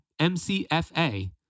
MCFA